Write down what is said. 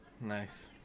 Nice